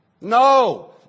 No